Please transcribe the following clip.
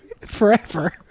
forever